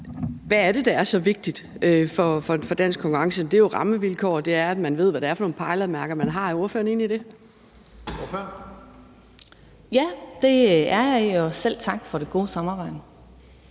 Hvad er det, der er så vigtigt for dansk konkurrenceevne? Det er jo rammevilkårene, og det er, at man ved, hvad det er for nogle pejlemærker, man har. Er ordføreren enig i det? Kl. 11:39 Første